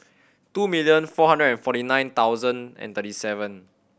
two million four hundred and forty nine thousand and thirty seven